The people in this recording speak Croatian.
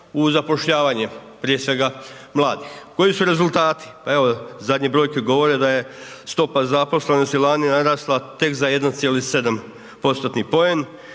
u zapošljavanje, prije svega mladih. Koji su rezultati. Pa evo, zadnje brojke govore da je stopa zaposlenosti lani narasla tek za 1,7%-tni poen,